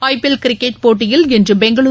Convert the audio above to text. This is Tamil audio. ஐ பிஎல் கிரிக்கெட் போட்டியில் இன்றுபெங்களுரு